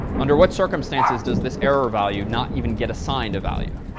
under what circumstances does this error value not even get assigned value?